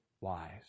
wise